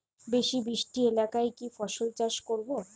বেশি বৃষ্টি এলাকায় কি ফসল চাষ করব?